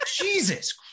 Jesus